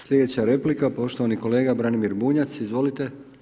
Slijedeća replika poštovani kolega Branimir Bunjac, izvolite.